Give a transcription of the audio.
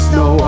no